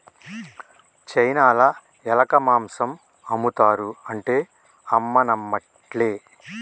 చైనాల ఎలక మాంసం ఆమ్ముతారు అంటే అమ్మ నమ్మట్లే